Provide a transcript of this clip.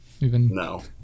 No